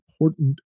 important